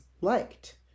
liked